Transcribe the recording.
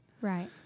Right